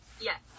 Yes